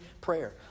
prayer